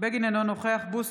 אינו נוכח זאב בנימין בגין,